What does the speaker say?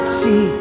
see